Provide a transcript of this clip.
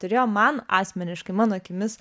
turėjo man asmeniškai mano akimis